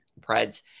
Preds